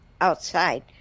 outside